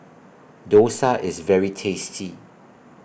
Dosa IS very tasty